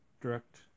direct